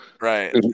right